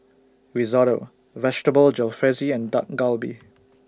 Risotto Vegetable Jalfrezi and Dak Galbi